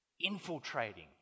infiltrating